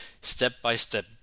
step-by-step